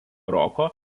roko